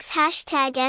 hashtag